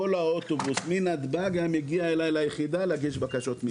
כל האוטובוס מנתב"ג היה מגיע אליי ליחידה להגיש בקשות מקלט.